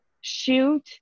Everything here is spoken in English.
shoot